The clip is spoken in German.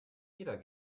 jeder